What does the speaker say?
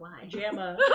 Pajama